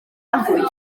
cafwyd